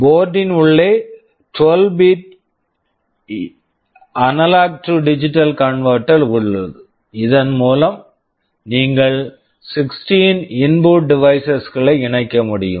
board board -ன் உள்ளே 12 bit 12 bit AD converter AD converter உள்ளது இதன் மூலம் நீங்கள் 16 இன்புட் டிவைஸஸ் input devices களை இணைக்க முடியும்